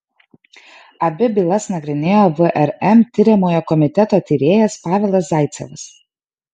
abi bylas nagrinėjo vrm tiriamojo komiteto tyrėjas pavelas zaicevas